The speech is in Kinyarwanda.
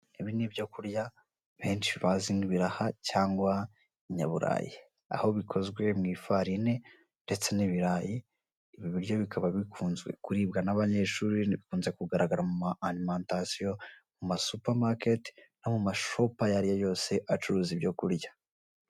Ibi ni ibyo kurya, benshi bazi nk'ibiraha cyangwa ibinyaburayi. Aho bikozwe mu ifarini ndetse n'ibirayi, ibi biryo bikaba bikunzwe kuribwa n'abanyeshuri, bikunze kugaragara mu ma alimentation, mu ma super market, no mu ma shop ayo ari yo yose acuruza ibyo kurya.